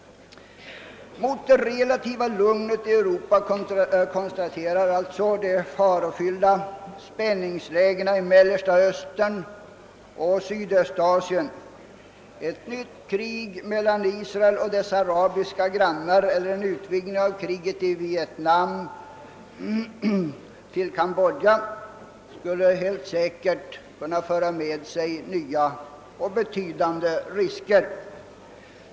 Mot det relativa lugnet i Europa kontrasterar alltså de farofyllda spänningslägena i Mellersta Östern och Sydostasien. Ett nytt krig mellan Israel och dess arabiska grannar eller en utvidg ning av kriget i Vietnam till Kambodja skulle helt säkert kunna föra med sig nya och betydande risker.